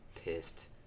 pissed